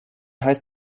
heißt